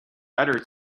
better